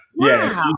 Yes